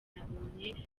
nabonye